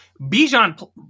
Bijan